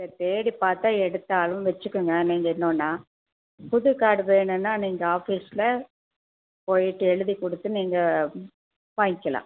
சரி தேடி பார்த்தா எடுத்தாலும் வச்சிக்கங்க நீங்கள் இன்னொன்னா புது கார்டு வேணும்ன்னா நீங்கள் ஆபீஸில் போயிட்டு எழுதி கொடுத்து நீங்கள் வாய்ங்க்கலாம்